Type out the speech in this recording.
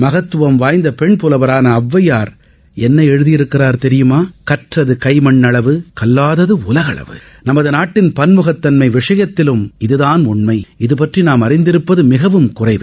மகத்துவமாள பெண் புலவர் ஒளவையார் என்ன எழுதிபிருக்கிறார் தெரியுமா கற்றது கைமன் அளவு கல்லாதது உலகளவு நமது நாட்டின் பன்முகத் தன்மை விஷயத்திலும் இதனான் உண்மை இதுபற்றி நாம் அறிந்திருப்பது பிகவும் குறைவே